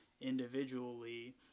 individually